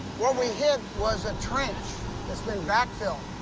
what we hit was a trench that's been backfilled.